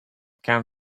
can